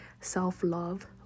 self-love